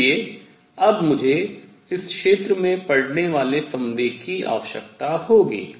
इसलिए अब मुझे इस क्षेत्र में पड़ने वाले संवेग की आवश्यकता होगी